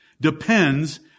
depends